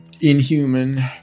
inhuman